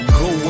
go